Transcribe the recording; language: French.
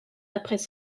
après